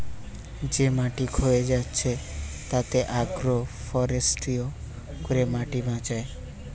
যে মাটি ক্ষয়ে যাচ্ছে তাতে আগ্রো ফরেষ্ট্রী করে মাটি বাঁচায়